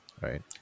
right